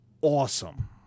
awesome